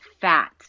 fat